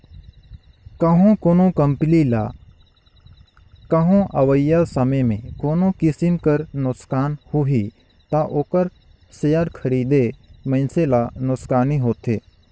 कहों कोनो कंपनी ल कहों अवइया समे में कोनो किसिम कर नोसकान होही ता ओकर सेयर खरीदे मइनसे ल नोसकानी होथे